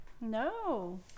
No